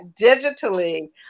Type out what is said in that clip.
digitally